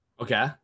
Okay